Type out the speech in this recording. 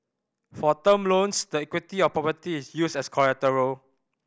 for term loans the equity of property is used as collateral